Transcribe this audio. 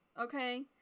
Okay